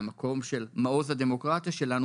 מהמקום של מעוז הדמוקרטיה שלנו,